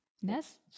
yes